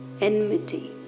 Enmity